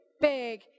big